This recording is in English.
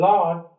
Lord